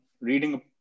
reading